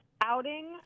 outing